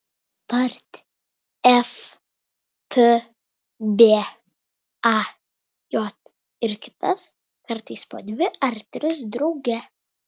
tarti f t b a j ir kitas kartais po dvi ar tris drauge